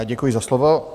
Děkuji za slovo.